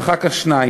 ואחר כך 2%,